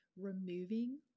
removing